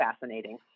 fascinating